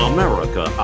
America